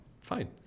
Fine